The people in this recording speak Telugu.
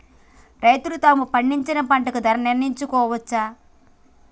రైతులు తాము పండించిన పంట ధర నిర్ణయించుకోవచ్చా?